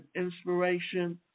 inspiration